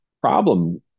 problem